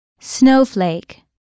Snowflake